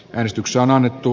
väristyksiä on annettu